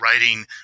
writing